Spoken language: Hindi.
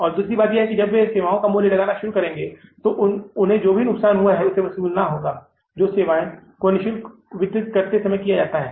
और दूसरी बात यह है कि जब वे सेवाओं में मूल्य लगाना शुरू करेंगे तो उन्हें जो नुकसान हुआ है उसे वसूलना होगा जो सेवा को निःशुल्क वितरित करते समय किया जाता है